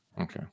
Okay